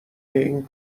این